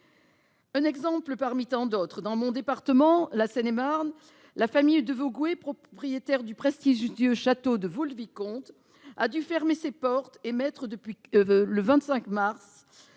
un exemple parmi tant d'autres. Dans mon département, la Seine-et-Marne, la famille de Vogüé, propriétaire du prestigieux château de Vaux-le-Vicomte, a dû en fermer les portes et mettre, depuis